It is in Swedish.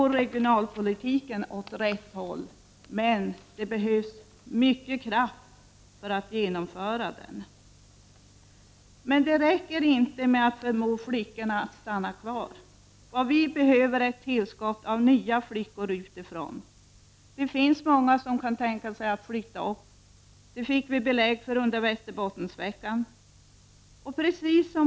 Regionalpolitiken går åt rätt håll, men det behövs mycket kraft för att kunna genomföra den. Nu räcker det inte med att förmå flickorna att stanna kvar. Vi behöver ett tillskott av nya flickor utifrån. Det finns många som kan tänka sig att flytta upp. Det fick vi belägg för under Västerbottensveckan.